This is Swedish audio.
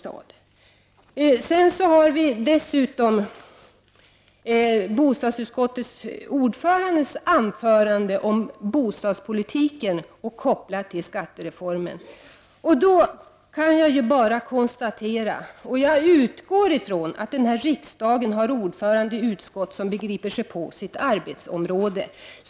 Jag kommer så till bostadsutskottsordförandens anförande om bostadspolitiken och skattereformen. Jag utgår från att riksdagsutskotten har ordförande som begriper sig på sina arbetsområden.